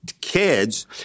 kids